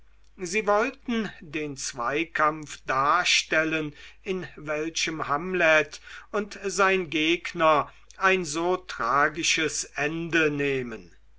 sie wollten den zweikampf darstellen in welchem hamlet und sein gegner ein so tragisches ende nehmen